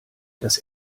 das